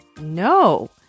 no